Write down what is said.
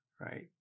right